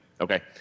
Okay